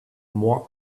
more